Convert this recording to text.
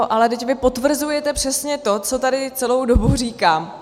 Ale vždyť vy potvrzujete přesně to, co tady celou dobu říkám.